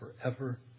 forever